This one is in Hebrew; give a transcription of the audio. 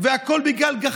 על מימון